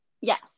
Yes